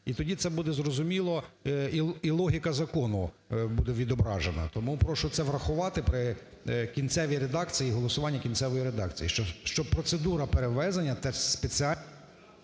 і тоді це буде зрозуміло, і логіка закону буде відображена. Тому прошу це врахувати при кінцевій редакції і голосування кінцевої редакції, що процедура перевезення теж… ГОЛОВУЮЧИЙ.